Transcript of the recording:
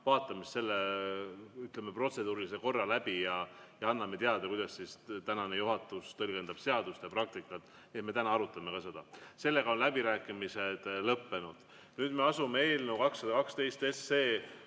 vaatame selle protseduurilise korra läbi ja anname teada, kuidas juhatus tõlgendab seadust ja praktikat. Me täna arutame seda. Sellega on läbirääkimised lõppenud. Nüüd me asume eelnõu 212